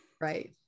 right